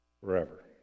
forever